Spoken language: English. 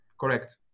Correct